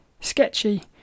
sketchy